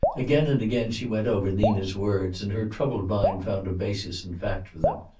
again and again she went over nina's words, and her troubled mind found a basis in fact for them.